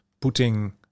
putting